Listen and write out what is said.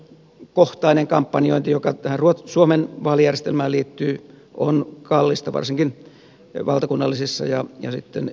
henkilökohtainen kampanjointi joka tähän suomen vaalijärjestelmään liittyy on kallista varsinkin valtakunnallisissa ja sitten eduskuntavaaleissa